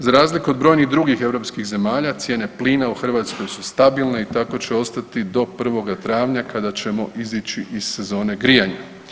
Za razliku od brojnih drugih europskih zemalja, cijene plina u Hrvatskoj su stabilne i tako će ostati do 1. travnja kada ćemo izići iz zone grijanja.